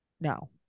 no